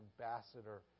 ambassador